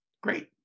great